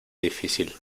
difícil